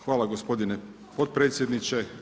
Hvala gospodine potpredsjedniče.